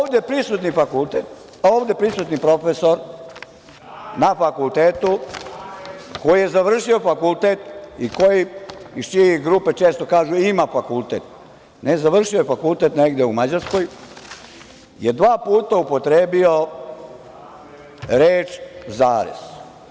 Ovde prisutni fakultet, ovde prisutni profesor na fakultetu, koji je završio fakultet, iz čije grupe često kažu – ima fakultet, završio je fakultet negde u Mađarskoj, je dva upotrebio reč – zarez.